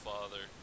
Father